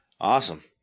Awesome